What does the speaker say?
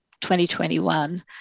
2021